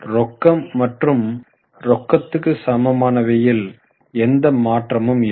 ரொக்கம் மற்றும் ரொக்கத்துக்கு சமமானவையில் எந்த மாற்றமும் இல்லை